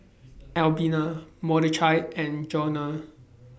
Albina Mordechai and Juana